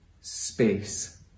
space